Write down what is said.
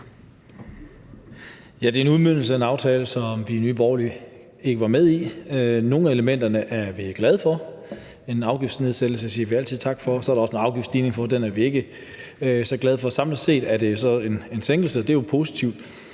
Det er en udmøntning af en aftale, som vi i Nye Borgerlige ikke er med i. Nogle af elementerne er vi glade for, en afgiftsnedsættelse siger vi altid tak for, og så er der også en afgiftsstigning, som vi ikke er så glade for. Samlet set er det jo så en sænkelse, og det er jo positivt.